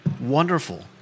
wonderful